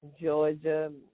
Georgia